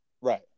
Right